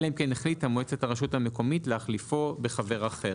אלא אם כן החליטה מועצת הרשות המקומית להחליפו בחבר אחר".